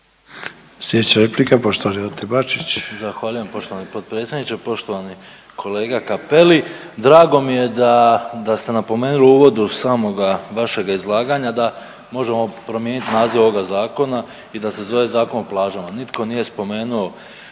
Sljedeća replika poštovana Andreja Marić.